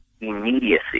immediacy